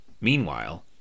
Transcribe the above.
Meanwhile